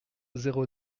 zéro